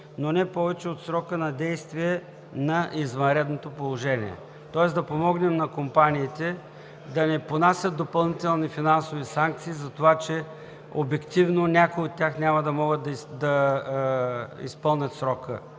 но не повече от срока на действие на извънредното положение.“ Тоест да помогнем на компаниите да не понасят допълнителни финансови санкции, затова че обективно някои от тях няма да могат да изпълнят срока,